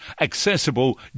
accessible